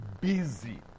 busy